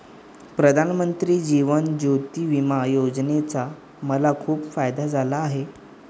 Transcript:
प्रधानमंत्री जीवन ज्योती विमा योजनेचा मला खूप फायदा झाला आहे